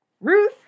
Ruth